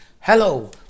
Hello